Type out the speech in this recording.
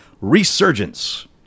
Resurgence